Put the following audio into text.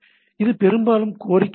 இது பெரும்பாலும் கோரிக்கை தலைப்பு